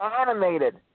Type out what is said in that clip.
animated